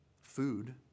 Food